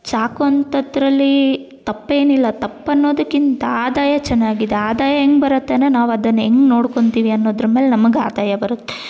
ಸಾಕು ಅಂಥದ್ರಲ್ಲೀ ತಪ್ಪೇನಿಲ್ಲ ತಪ್ಪು ಅನ್ನೋದಕ್ಕಿಂತ ಆದಾಯ ಚೆನ್ನಾಗಿದೆ ಆದಾಯ ಹೆಂಗ್ ಬರುತ್ತೆ ಅಂದರೆ ನಾವು ಅದನ್ನು ಹೆಂಗ್ ನೋಡ್ಕೊತಿವಿ ಅನ್ನೋದ್ರ ಮೇಲೆ ನಮಗೆ ಆದಾಯ ಬರುತ್ತೆ